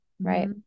Right